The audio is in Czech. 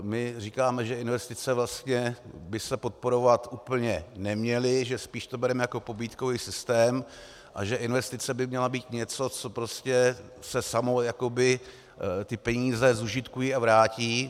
My říkáme, že investice vlastně by se podporovat úplně neměly, že spíš to bereme jako pobídkový systém a že investice by měla být něco, co prostě se samo jakoby ty peníze zužitkují a vrátí.